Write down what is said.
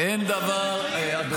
אדוני, זה לא דו-שיח.